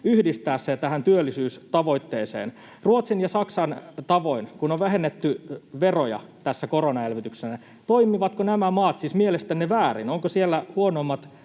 yhdistää sen tähän työllisyystavoitteeseen Ruotsin ja Saksan tavoin, kun on vähennetty veroja tässä koronaelvytyksenä. Toimivatko nämä maat siis mielestänne väärin? Onko siellä huonommat